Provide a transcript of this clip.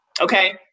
Okay